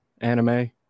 anime